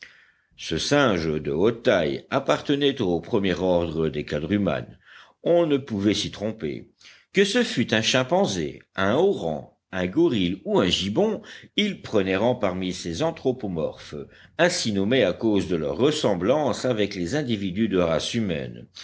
ce singe de haute taille appartenait au premier ordre des quadrumanes on ne pouvait s'y tromper que ce fût un chimpanzé un orang un gorille ou un gibbon il prenait rang parmi ces anthropomorphes ainsi nommés à cause de leur ressemblance avec les individus de race humaine